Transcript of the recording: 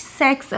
sex